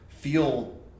feel